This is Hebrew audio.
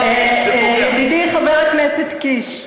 ידידי חבר הכנסת קיש,